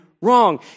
wrong